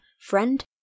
friend